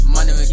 Money